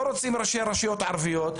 לא רוצים ראשי רשויות ערביות,